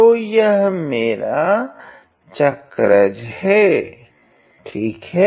तो यह मेरा चक्रज है ठीक है